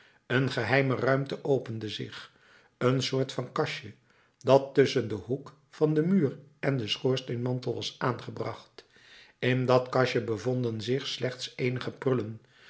een geheime ruimte opende zich een soort van kastje dat tusschen den hoek van den muur en den schoorsteenmantel was aangebracht in dat kastje bevonden zich slechts eenige prullen